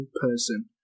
person